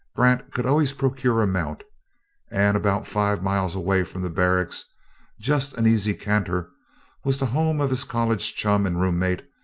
grant could always procure a mount and about five miles away from the barracks just an easy canter was the home of his college chum and roommate,